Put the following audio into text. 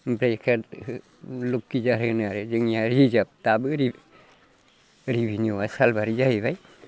ब्रेखेथ लक्षिजार होनो आरो जोंनिया रिजार्भ दाबो रिभिनिउ आ सालबारि जाहैबाय